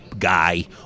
guy